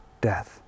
death